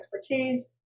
expertise